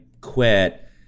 quit